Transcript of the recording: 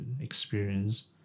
experience